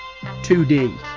2D